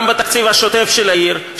גם בתקציב השוטף של העיר,